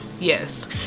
Yes